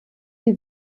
die